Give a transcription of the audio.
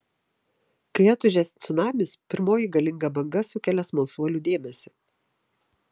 kai atūžia cunamis pirmoji galinga banga sukelia smalsuolių dėmesį